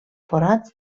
forats